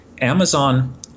Amazon